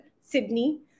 Sydney